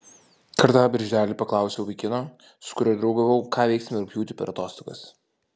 kartą birželį paklausiau vaikino su kuriuo draugavau ką veiksime rugpjūtį per atostogas